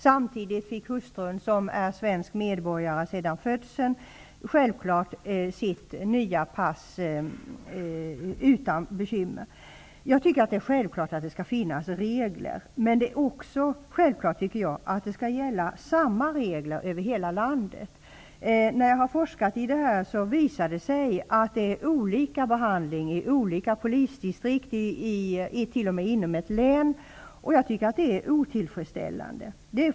Samtidigt fick hustrun, som är svensk medborgare sedan födseln, självfallet sitt pass utbytt utan några bekymmer. Självfallet skall det finnas regler, men jag tycker också att det är självklart att samma regler skall gälla i hela landet. När jag har forskat i detta har det visat sig att behandlingen är olika i de olika polisdistrikten t.o.m. inom samma län. Jag tycker att det är otillfredsställande.